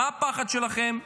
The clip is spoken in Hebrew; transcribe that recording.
מה הפחד שלכם?